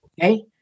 Okay